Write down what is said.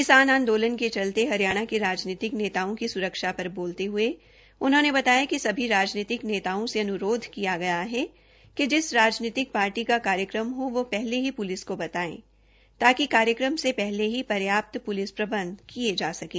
किसान आंदोलन के चलते हरियाणा के राजनीतिक नेताओं की सुरक्षा पर बोलते हये उन्होंने बताया कि सभी राजनीति नेताओं से अन्रोध किया गया है कि जिस राजनीतिक पार्टी का कार्यक्रम हो वो पहले ही पुलिस को बताये ताकि कार्यक्रम से पहले ही पर्याप्त प्लिस प्रबंध किये जा सकें